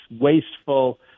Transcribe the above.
wasteful